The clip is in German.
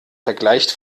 vergleicht